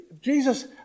Jesus